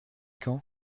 quand